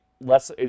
less